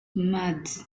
maths